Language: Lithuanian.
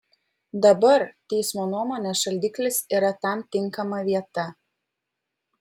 dabar teismo nuomone šaldiklis yra tam tinkama vieta